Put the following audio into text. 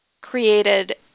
created